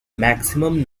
maximum